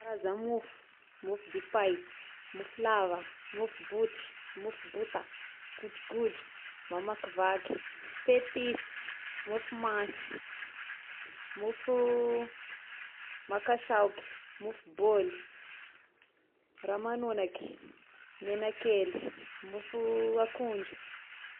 Karaza mofo: mofo dipay, mofo lava, mofo botry, mofo bota, godrogodro, mamakivaky, petisy, mofo mansy, mofo makasaoky, mofo bôly, ramanonaky, menakely, mofo akondro.